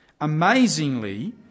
Amazingly